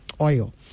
oil